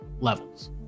Levels